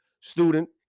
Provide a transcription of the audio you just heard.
student